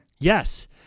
Yes